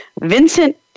Vincent